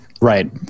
Right